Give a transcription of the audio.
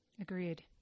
Agreed